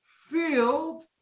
filled